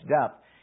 depth